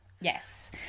Yes